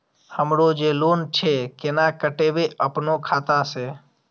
हमरो जे लोन छे केना कटेबे अपनो खाता से?